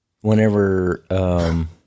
Whenever